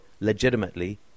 legitimately